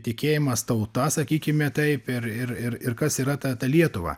tikėjimas tauta sakykime taip ir ir ir ir kas yra ta ta lietuva